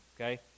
okay